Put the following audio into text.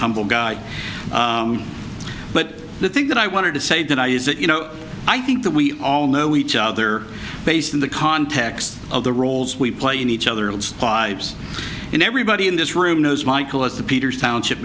humble guy but the thing that i wanted to say that i is that you know i think that we all know each other based in the context of the roles we play in each other lives in everybody in this room knows michael as the peters township